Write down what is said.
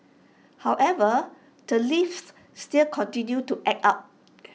however the lifts still continue to act up